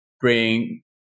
bring